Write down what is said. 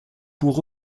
pour